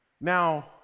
Now